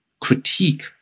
critique